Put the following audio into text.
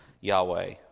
Yahweh